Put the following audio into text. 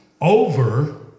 over